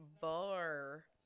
bar